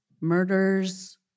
murders